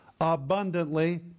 abundantly